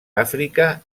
àfrica